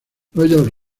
royal